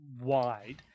wide